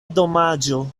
domaĝo